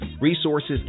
resources